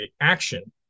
action